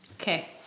Okay